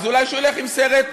אז אולי שהוא ילך עם סרט,